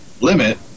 limit